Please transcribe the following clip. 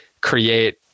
create